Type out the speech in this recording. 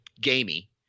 gamey